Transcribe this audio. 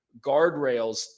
guardrails